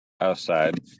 Outside